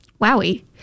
Wowie